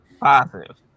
positive